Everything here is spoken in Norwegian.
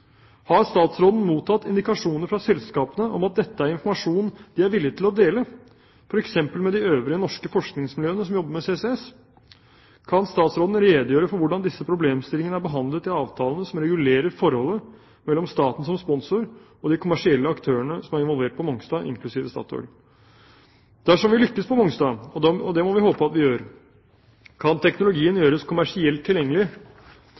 Har statsråden mottatt indikasjoner fra selskapene på at dette er informasjon de er villig til å dele, f.eks. med de øvrige norske forskningsmiljøene som jobber med CCS? Kan statsråden redegjøre for hvordan disse problemstillingene er behandlet i avtalene som regulerer forholdet mellom staten som sponsor og de kommersielle aktørene som er involvert på Mongstad, inklusive Statoil? Dersom vi lykkes på Mongstad, og det må vi håpe at vi gjør, kan teknologien gjøres kommersielt tilgjengelig